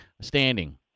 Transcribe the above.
standing